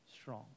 strong